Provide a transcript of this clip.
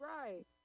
right